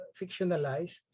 fictionalized